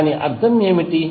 దాని అర్థం ఏమిటి